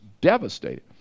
devastated